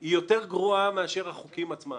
היא יותר גרועה מאשר החוקים עצמם.